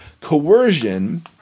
coercion